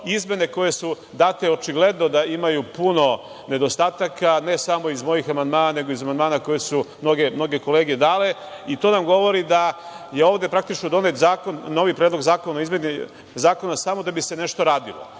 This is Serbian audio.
brzo. Izmene koje su date očigledno da imaju puno nedostataka, ne samo iz mojih amandmana, nego iz amandmana koje su mnoge kolege dale. I, to nam govori da je ovde praktično donet zakon, novi Predlog zakona o izmeni Zakona samo da bi se nešto radilo.